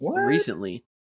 recently